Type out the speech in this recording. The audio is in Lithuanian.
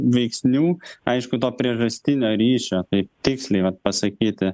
veiksnių aišku to priežastinio ryšio taip tiksliai vat pasakyti